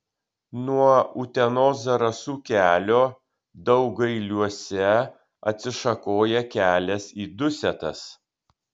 nuo utenos zarasų kelio daugailiuose atsišakoja kelias į dusetas